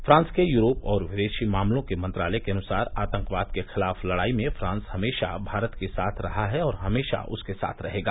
France के Europe और विदेशी मामलों के मंत्रालय के अनुसार आतंकवाद के खिलाफ लड़ाई में फ्रांस हमेशा भारत के साथ रहा है और हमेशा उसके साथ रहेगा